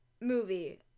movie